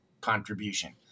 contribution